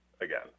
again